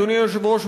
אדוני היושב-ראש,